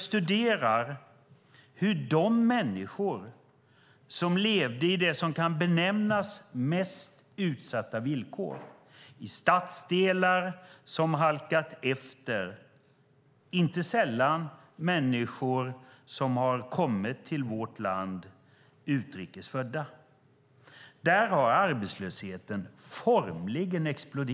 Bland de människor som lever under det som kan benämnas som de mest utsatta villkoren, i stadsdelar som halkat efter, har arbetslösheten formligen exploderat. Inte sällan gäller det utrikes födda människor som har kommit till vårt land.